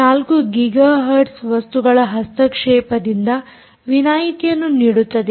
4 gigahertz ವಸ್ತುಗಳ ಹಸ್ತಕ್ಷೇಪದಿಂದ ವಿನಾಯಿತಿಯನ್ನು ನೀಡುತ್ತದೆ